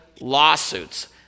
lawsuits